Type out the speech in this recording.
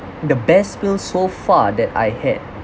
the best spill so far that I had